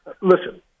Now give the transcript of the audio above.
listen